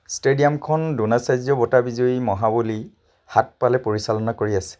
ষ্টেডিয়ামখন দ্ৰোণাচাৰ্য্য বঁটা বিজয়ী মহাবলী সাতপালে পৰিচালনা কৰি আছে